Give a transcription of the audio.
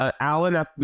alan